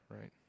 right